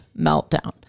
meltdown